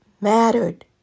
mattered